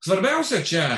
svarbiausia čia